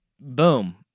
boom